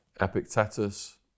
Epictetus